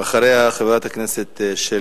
אחריה חברת הכנסת שלי